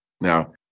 Now